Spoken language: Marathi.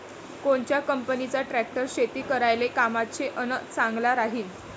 कोनच्या कंपनीचा ट्रॅक्टर शेती करायले कामाचे अन चांगला राहीनं?